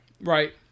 Right